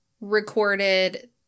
recorded